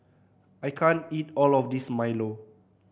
I can't eat all of this milo